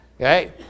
Okay